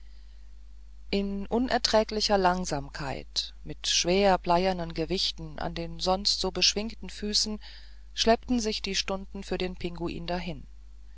in unerträglicher langsamkeit mit schwer bleiernen gewichten an den sonst so beschwingten füßen schleppten sich die stunden für den pinguin dahin